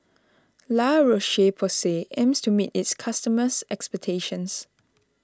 La Roche Porsay aims to meet its customers' expectations